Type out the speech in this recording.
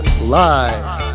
Live